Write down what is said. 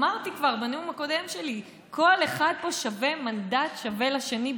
אמרתי כבר בנאום הקודם שלי: כל אחד פה שווה מנדט ושווה לשני,